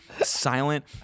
silent